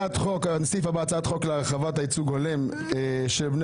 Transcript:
הסעיף הבא הוא הצעת חוק להרחבת הייצוג ההולם של בני